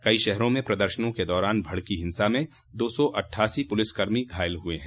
कई शहरों में प्रदर्शनों के दौरान भड़की हिंसा में दो सौ अट्ठासी पुलिसकर्मी घायल हुए हैं